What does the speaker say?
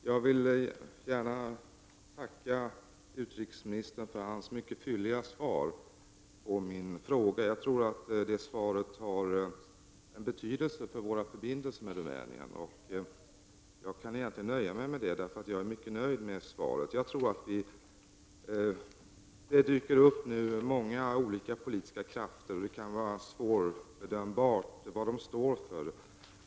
Herr talman! Jag vill gärna tacka utrikesministern för hans mycket fylliga svar på min fråga. Jag tror att det svaret har betydelse för våra förbindelser med Rumänien. Jag kan egentligen nöja mig med att säga detta, eftersom jag är mycket nöjd med svaret. Det dyker nu upp många olika politiska krafter. Vad de står för kan vara svårbedömbart.